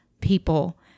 people